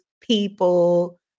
people